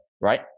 Right